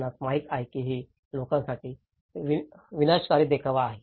आपणास माहित आहे की हे लोकांसाठी विनाशकारी देखावा आहे